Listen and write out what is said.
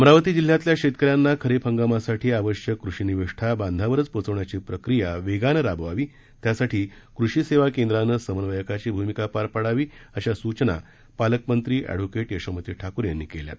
अमरावती जिल्ह्यातल्या शेतकऱ्यांना खरीप हंगामासाठी आवश्यक कृषी निविष्ठा बांधावरच पोचवण्याची प्रक्रिया वेगानं राबवावी त्यासाठी कृषी सेवा केंद्रानं समन्वयकाची भूमिका पार पा ावी अशा सूचना पालकमंत्री ए व्होकेट यशोमती ठाकूर यांनी केल्या आहेत